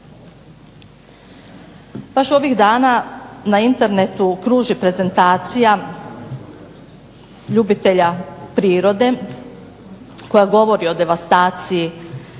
Baš ovih dana na internetu kruži prezentacija ljubitelja prirode koja govori o devastaciji